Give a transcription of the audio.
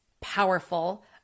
powerful